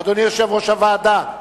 אדוני יושב-ראש הוועדה,